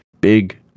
Big